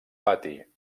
pati